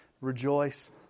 Rejoice